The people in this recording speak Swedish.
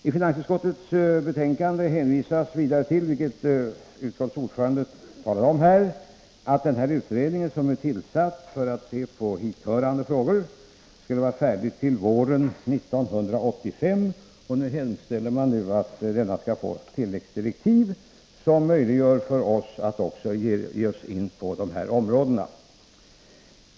I finansutskottets betänkande hänvisas vidare till, vilket utskottets ordförande talat om här, att den utredning som är tillsatt för att se på hithörande frågor skall vara färdig med sitt arbete våren 1985. Finansutskottet hemställer att denna utredning skall få tilläggsdirektiv, så att det skapas möjligheter för oss revisorer att också ge oss in på de här områdena.